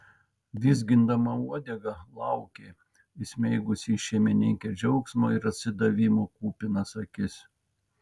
vizgindama uodegą laukė įsmeigusi į šeimininkę džiaugsmo ir atsidavimo kupinas akis